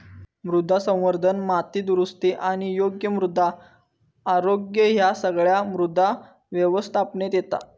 मृदा संवर्धन, माती दुरुस्ती आणि योग्य मृदा आरोग्य ह्या सगळा मृदा व्यवस्थापनेत येता